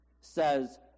says